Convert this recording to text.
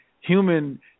human